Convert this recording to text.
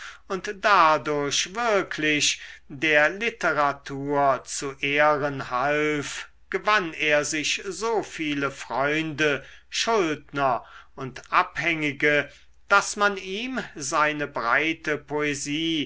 und dadurch wirklich der literatur zu ehren half gewann er sich so viele freunde schuldner und abhängige daß man ihm seine breite poesie